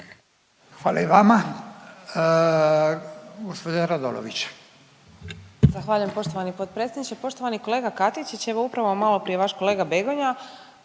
Hvala i vama. Gđa Radolović.